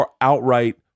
outright